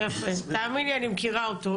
תאמין לי, אני מכירה אותו.